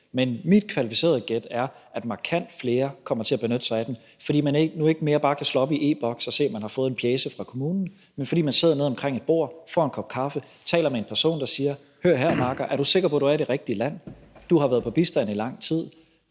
men mit kvalificerede gæt er, at markant flere kommer til at benytte sig af den, fordi man nu ikke mere bare kan slå op i e-Boks og se, at man har fået en pjece fra kommunen, men fordi man sidder ned omkring et bord, får en kop kaffe og taler med en person, der siger: Hør her, makker, er du sikker på, at du er i det rigtige land? Du har været på bistand i lang tid,